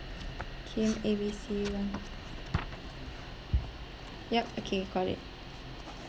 kim A B C yup okay got it